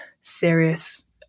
serious